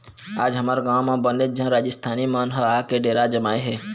आज हमर गाँव म बनेच झन राजिस्थानी मन ह आके डेरा जमाए हे